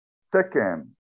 Second